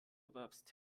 erwerbstätig